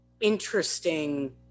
interesting